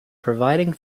providing